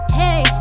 hey